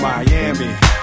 Miami